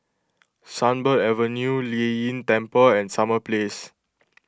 Sunbird Avenue Lei Yin Temple and Summer Place